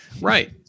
Right